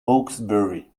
hawksbury